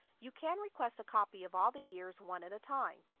you can request a copy of all the years one at a time,